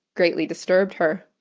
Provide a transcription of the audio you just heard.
greatly disturbed her.